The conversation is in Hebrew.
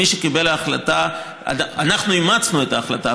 אנחנו אימצנו את ההחלטה,